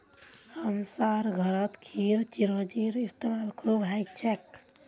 हमसार घरत खीरत चिरौंजीर इस्तेमाल खूब हछेक